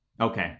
Okay